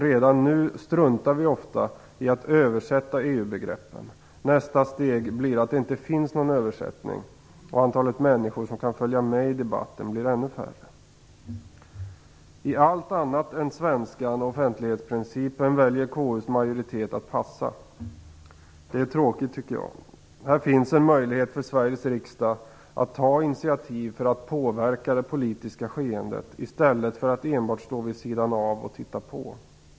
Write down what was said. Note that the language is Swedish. Redan nu struntar vi ofta i att översätta EU-begreppen. Nästa steg blir att det inte finns någon översättning och att antalet människor som kan följa med i debatten blir ännu färre. I allt annat än svenskan och offentlighetsprincipen väljer KU:s majoritet att passa. Det är tråkigt, tycker jag. Här finns en möjlighet för Sveriges riksdag att ta initiativ för att påverka det politiska skeendet i stället för att enbart stå vid sidan av och titta på.